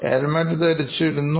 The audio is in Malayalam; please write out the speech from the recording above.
ഹെൽമറ്റ് ധരിച്ചിരുന്നു